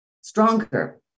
stronger